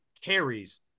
carries